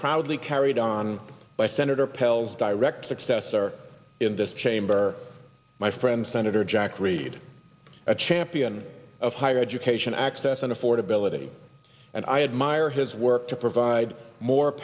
proudly carried on by sen pelz direct successor in this chamber my friend senator jack reed a champion of higher education access and affordability and i admire his work to provide more